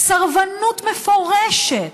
סרבנות מפורשת.